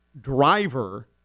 driver